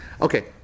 Okay